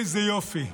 איזה יופי,